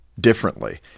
differently